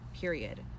period